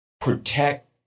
protect